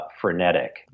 frenetic